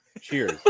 cheers